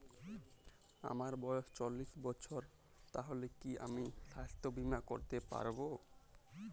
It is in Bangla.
আমার বয়স চল্লিশ বছর তাহলে কি আমি সাস্থ্য বীমা করতে পারবো?